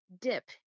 dip